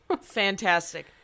fantastic